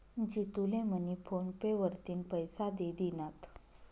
जितू ले मनी PhonePe वरतीन पैसा दि दिनात